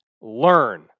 learn